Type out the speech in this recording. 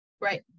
right